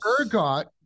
ergot